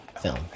Film